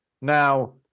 Now